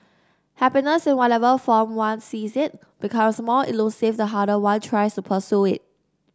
happiness in whatever form one sees it becomes more elusive the harder one tries to pursue it